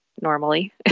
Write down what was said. normally